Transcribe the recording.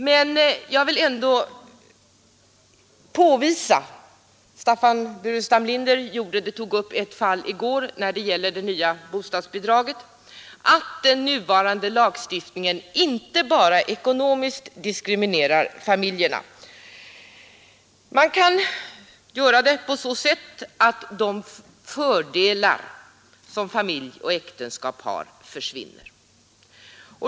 Men jag vill ändå påvisa — Staffan Burenstam Linder tog upp ett fall i går som gällde det nya bostadsbidraget — att den nuvarande lagstiftningen ekonomiskt diskriminerar gifta familjer. Det kan ske på så sätt att de fördelar som familj och äktenskap innebär försvinner.